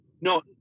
no